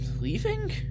leaving